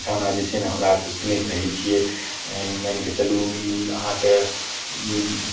गाना जे छै ने हमरा आरके सुनैत रहै छियै मानि कऽ चलु ई अहाँके ई